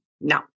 No